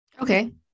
Okay